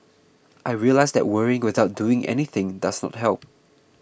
I realised that worrying without doing anything does not help